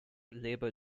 labor